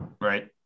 right